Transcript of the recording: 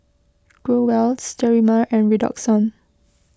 Growell Sterimar and Redoxon